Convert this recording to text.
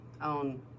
on